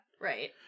right